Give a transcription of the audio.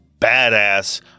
badass